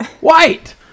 White